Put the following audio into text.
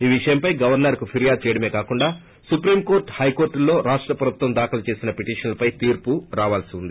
ఈ ొవిషయంపై గవర్సర్ కు ఫిర్వాదు చేయడమే కాకుండా సుప్రీంకోర్టు హైకోర్టుల్లో రాష్ట ప్రభుత్వం దాఖలు చేసిన పిటిషన్లపై తీర్పు రావాల్సి ఉంది